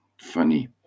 Funny